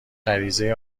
غریزه